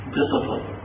discipline